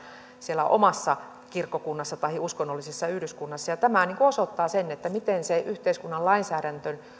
siellä omassa kirkkokunnassa tai uskonnollisessa yhdyskunnassa tämä osoittaa sen miten sitä yhteiskunnan lainsäädännön